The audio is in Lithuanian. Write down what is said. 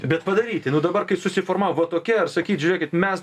bet padaryti nu dabar kai susiformavo tokia sakyt žiūrėkit mes